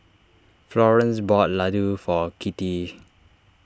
Florance bought Ladoo for Kitty